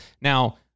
now